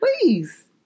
Please